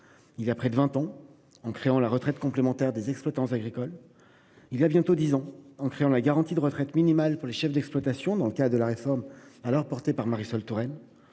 il y a près de vingt ans, en créant la retraite complémentaire des exploitants agricoles ; il y a bientôt dix ans, en créant la garantie de retraite minimale pour les chefs d'exploitation, dans le cadre de la réforme alors défendue par Marisol Touraine